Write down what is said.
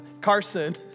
Carson